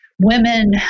women